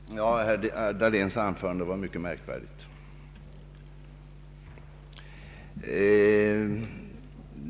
Herr talman! Herr Dahléns anförande var mycket märkvärdigt.